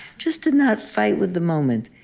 just to not fight with the moment.